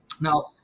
Now